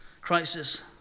crisis